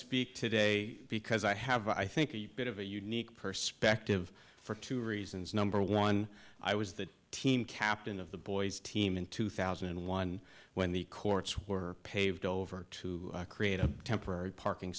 speak today because i have i think a bit of a unique perspective for two reasons number one i was the team captain of the boys team in two thousand and one when the courts were paved over to create a temporary parking